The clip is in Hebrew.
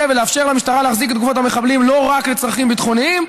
ולאפשר למשטרה להחזיק את גופות המחבלים לא רק לצרכים ביטחוניים